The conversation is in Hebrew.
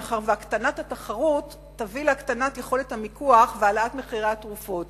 מאחר שהקטנת התחרות תביא להקטנת יכולת המיקוח ולהעלאת מחירי התרופות